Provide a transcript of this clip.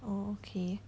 okay